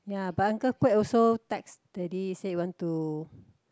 ya but Uncle-Quek also text daddy say you want to